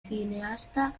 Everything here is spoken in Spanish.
cineasta